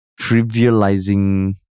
trivializing